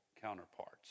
counterparts